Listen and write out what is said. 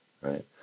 right